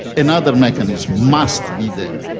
another mechanism must be there.